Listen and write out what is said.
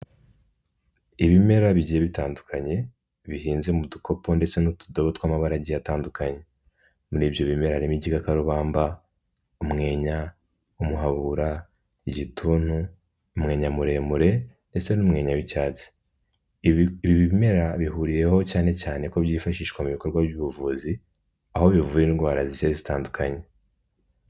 Ibimera bigiye bitandukanye bihinze mu dukopo ndetse n'utudobo tw'amabara agiye atandukanye, muri ibyo bimera harimo igikakarubamba, umwenya, umuhabura, igituntu, umwenya muremure ndetse n'umwenya w'icyatsi, ibi ibimera bihuriyeho cyane cyane ko byifashishwa mu bikorwa by'ubuvuzi, aho bivura indwara zigiye zitandukanye.